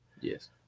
Yes